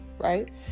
Right